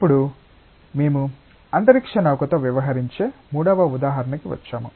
ఇప్పుడు మేము అంతరిక్ష నౌకతో వ్యవహరించే మూడవ ఉదాహరణకి వచ్చాము